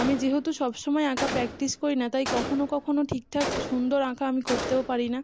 আমি যেহেতু সব সমায় আঁকা প্র্যাকটিস করি না তাই কখনো কখনো ঠিকঠাক সুন্দর আঁকা আমি করতেও পারি না